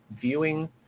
viewing